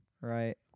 right